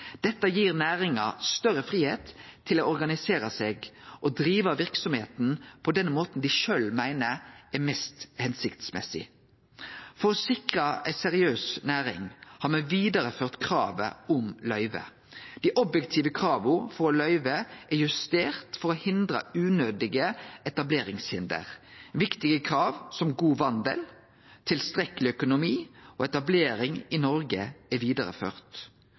Dette gir dei større fridom til å organisere seg og drive verksemda på den måten dei sjølve meiner er mest hensiktsmessig. For å sikre ei seriøs næring har me vidareført kravet om løyve. Dei objektive krava for løyve er justerte for å hindre unødige etableringshinder. Viktige krav som god vandel, tilstrekkeleg økonomi og etablering i Noreg er